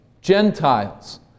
Gentiles